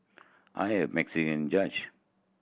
I have Mexican judge